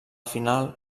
final